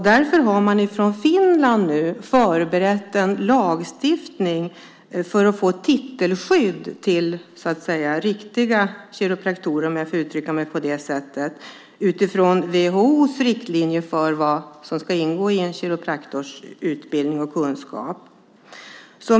Därför har man i Finland förberett en lagstiftning för att få titelskydd till så att säga riktiga kiropraktorer, om jag får uttrycka mig på det sättet, utifrån WHO:s riktlinjer för vad som ska ingå i en kiropraktors utbildning och kunskaper.